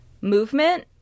movement